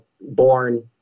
born